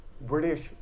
British